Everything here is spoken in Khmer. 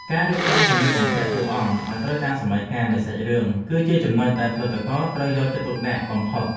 ការរៀបចំសម្លៀកបំពាក់តួអង្គឱ្យត្រូវតាមសម័យកាលនៃសាច់រឿងគឺជាចំណុចដែលផលិតករត្រូវយកចិត្តទុកដាក់បំផុត។